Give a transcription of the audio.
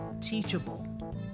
teachable